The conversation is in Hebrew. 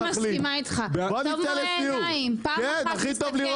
אני מסכימה איתך, טוב מראה עיניים, פעם אחת נסתכל.